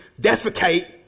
defecate